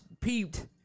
peeped